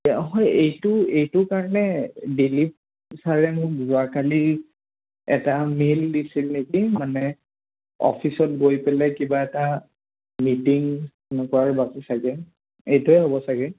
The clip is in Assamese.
হয় এইটো এইটো কাৰণে ডলি ছাৰে মোক যোৱাকালি এটা মেইল দিছিল নেকি মানে অফিচত গৈ পেলাই কিবা এটা মিটিং এনেকুৱাৰ বাকী চাগৈ এইটোৱে হ'ব চাগৈ